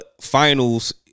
Finals